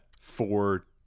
four